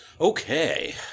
Okay